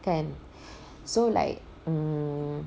kan so like um